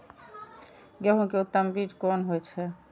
गेंहू के उत्तम बीज कोन होय छे?